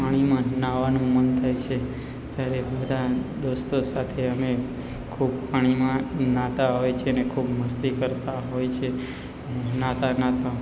પાણીમાં નાવાનું મન થાય છે ત્યારે બધા દોસ્તો સાથે અમે ખૂબ પાણીમાં નહાતા હોય છેને ખૂબ મસ્તી કરતાં હોય છે નહાતા નહાતા